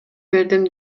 бердим